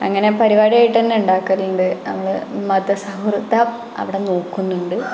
അങ്ങനെ പരിപാടിയായിട്ട് തന്നെ ഉണ്ടാകലുണ്ട് നമ്മൾ മത സൗഹൃതം അവിടെ നോക്കുന്നുണ്ട്